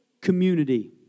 community